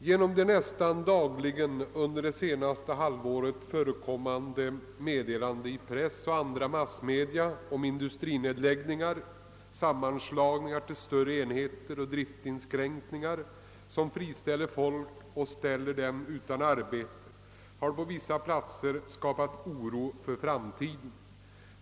Genom under det senaste halvåret nästan dagligen förekommande meddelanden i press och andra massmedia om =<:industrinedläggningar, sammanslagningar till större enheter och driftsinskränkningar som friställer människor har det på vissa platser skapats oro för framtiden.